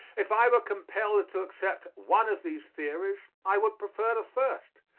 if i were compelled to accept one of these theories i would prefer the first,